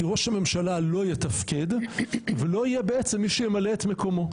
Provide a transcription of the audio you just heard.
כי ראש הממשלה לא יתפקד ולא יהיה בעצם מי שימלא את מקומו,